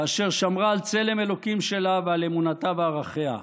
כאשר שמרה על צלם אלוקים שלה ועל אמונתה וערכיה.